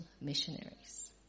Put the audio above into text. missionaries